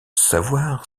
savoir